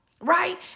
right